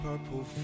Purple